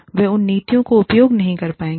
वे उन नीतियों का उपयोग नहीं कर पाएंगे